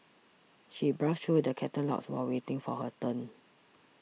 she browsed through the catalogues while waiting for her turn